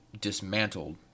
dismantled